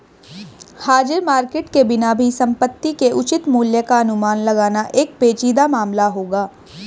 हाजिर मार्केट के बिना भी संपत्ति के उचित मूल्य का अनुमान लगाना एक पेचीदा मामला होगा